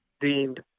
deemed